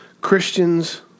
Christians